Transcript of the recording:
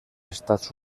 estats